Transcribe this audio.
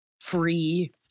free